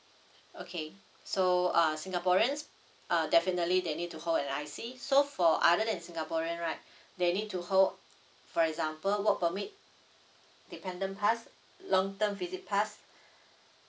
okay so uh singaporeans uh definitely they need to hold an I_C so for other than singaporean right they need to hold for example work permit dependent pass long term visit pass